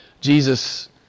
Jesus